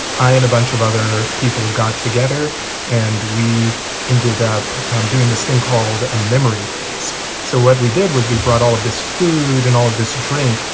i and a bunch of other people got together and we ended up um doing this thing called a memory feast. so what we did was we brought all of this food and all of this drink,